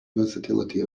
versatility